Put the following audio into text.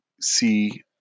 see